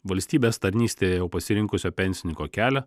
valstybės tarnystę jau pasirinkusio pensininko kelią